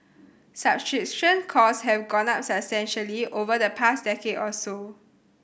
cost have gone up substantially over the past decade or so